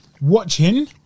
watching